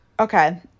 Okay